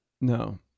No